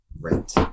Right